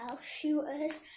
Shooters